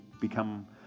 become